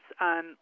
on